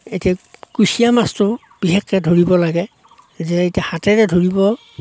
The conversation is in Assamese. এতিয়া কুচিয়া মাছটো বিশেষকৈ ধৰিব লাগে যে এতিয়া হাতেৰে ধৰিব